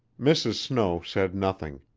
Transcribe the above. mrs. snow said nothing,